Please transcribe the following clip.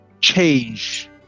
change